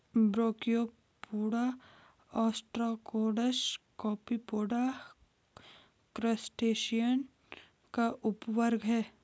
brachiopoda, ostracods, copepoda, crustacean का उपवर्ग है